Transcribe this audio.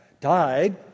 died